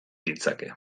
ditzake